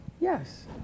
Yes